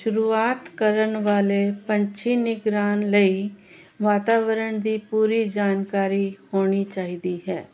ਸ਼ੁਰੂਆਤ ਕਰਨ ਵਾਲੇ ਪੰਛੀ ਨਿਗਰਾਨ ਲਈ ਵਾਤਾਵਰਣ ਦੀ ਪੂਰੀ ਜਾਣਕਾਰੀ ਹੋਣੀ ਚਾਹੀਦੀ ਹੈ